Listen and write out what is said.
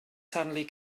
suddenly